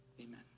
amen